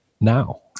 now